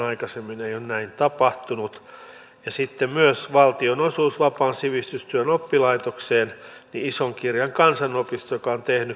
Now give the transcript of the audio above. tässä on muutama asia jossa meillä on kunnia olla tässä euroopan yhteisössä kansakuntana ensimmäisiä